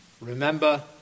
Remember